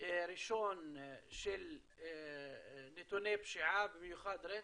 ראשון של נתוני פשיעה, במיוחד רצח,